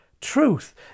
truth